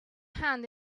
hand